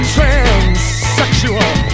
Transsexual